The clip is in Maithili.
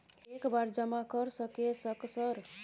एक बार जमा कर सके सक सर?